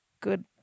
good